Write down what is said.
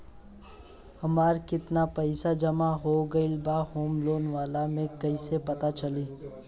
हमार केतना पईसा जमा हो गएल बा होम लोन वाला मे कइसे पता चली?